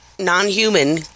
non-human